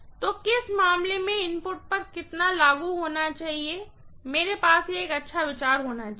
तो किस मामले में इनपुट पर कितना लागू होना चाहिए मेरे पास एक अच्छा विचार होना चाहिए